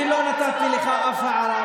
אני לא הערתי לך שום הערה.